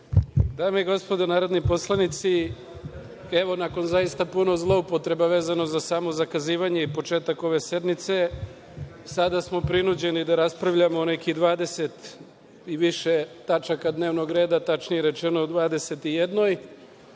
Dame i gospodo narodni poslanici, nakon zaista puno zloupotreba, vezano za samo zakazivanje i početak ove sednice, sada smo prinuđeni da raspravljamo o nekih 20 i više tačaka dnevnog reda. Tačnije rečeno o 21.